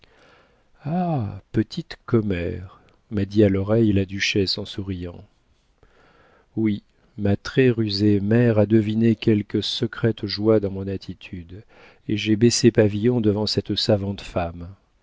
petite commère m'a dit à l'oreille la duchesse en souriant oui ma très rusée mère a deviné quelque secrète joie dans mon attitude et j'ai baissé pavillon devant cette savante femme